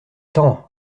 temps